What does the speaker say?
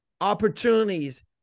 opportunities